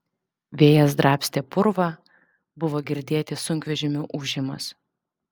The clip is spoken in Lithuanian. vėjas drabstė purvą buvo girdėti sunkvežimių ūžimas